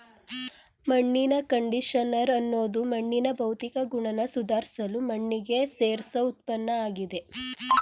ಮಣ್ಣಿನ ಕಂಡಿಷನರ್ ಅನ್ನೋದು ಮಣ್ಣಿನ ಭೌತಿಕ ಗುಣನ ಸುಧಾರ್ಸಲು ಮಣ್ಣಿಗೆ ಸೇರ್ಸೋ ಉತ್ಪನ್ನಆಗಿದೆ